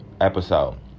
episode